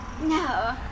No